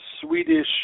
Swedish